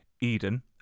Eden